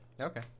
Okay